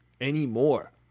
anymore